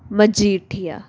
Majithia